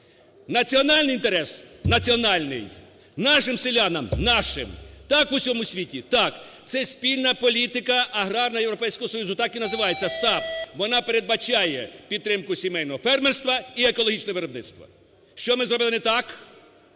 Національний інтерес? Національний. Нашим селянам? Нашим. Так в усьому світі? Так. Це спільна політика аграрна Європейського Союзу, так і називається САП. Вона передбачає підтримку сімейного фермерства і екологічне виробництво. Що ми зробили не так?